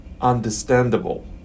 understandable